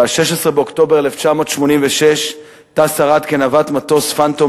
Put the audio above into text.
ב-16 באוקטובר 1986 טס ארד כנווט מטוס "פנטום"